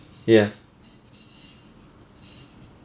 ya